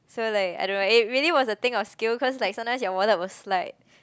so like I don't know it really was a thing of skill cause like sometimes your wallet will slide